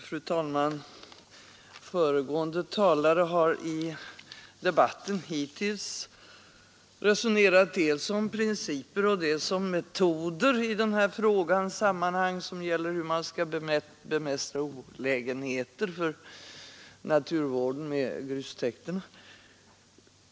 Fru talman! Föregående talare har hittills i debatten i den här frågan resonerat dels om principer, dels om metoder i sammanhang som gäller hur man skall bemästra olägenheterna för naturvården till följd av grustäkter.